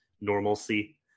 normalcy